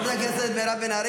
אדוני היו"ר,